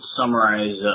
summarize